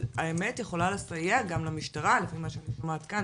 שהאמת יכולה לסייע גם למשטרה לפי מה שאני שומעת כאן,